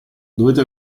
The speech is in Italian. dovete